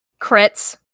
Crits